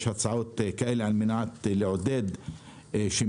יש הצעות כאלה על מנת לעודד שימוש,